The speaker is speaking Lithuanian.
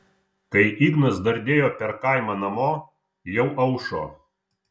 kai ignas dardėjo per kaimą namo jau aušo